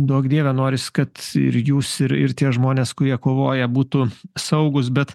duok dieve norisi kad ir jūs ir ir tie žmonės kurie kovoja būtų saugūs bet